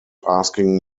asking